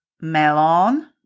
Melon